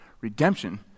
Redemption